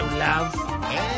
love